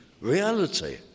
reality